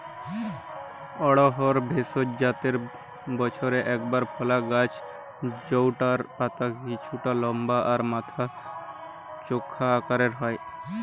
অড়হর ভেষজ জাতের বছরে একবার ফলা গাছ জউটার পাতা কিছুটা লম্বা আর মাথা চোখা আকারের হয়